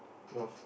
your f~